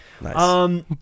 Nice